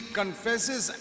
confesses